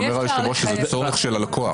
אבל אומר היושב-ראש שזה צורך של הלקוח.